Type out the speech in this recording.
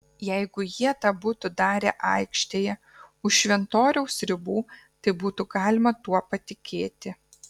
jeigu jie tą būtų darę aikštėje už šventoriaus ribų tai būtų galima tuo patikėti